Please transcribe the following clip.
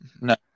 No